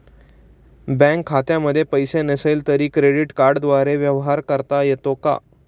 Bank खात्यामध्ये पैसे नसले तरी क्रेडिट कार्डद्वारे व्यवहार करता येतो का?